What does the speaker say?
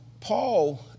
Paul